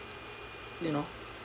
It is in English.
you know